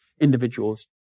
individuals